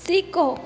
सीखो